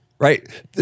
Right